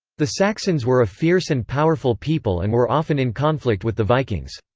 the saxons were a fierce and powerful people and were often in conflict with the vikings.